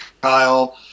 Kyle